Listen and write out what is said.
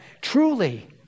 Truly